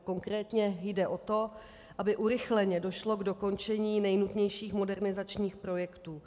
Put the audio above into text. Konkrétně jde o to, aby urychleně došlo k dokončení nejnutnějších modernizačních projektů.